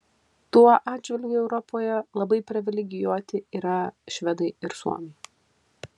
tuo atžvilgiu europoje labai privilegijuoti yra švedai ir suomiai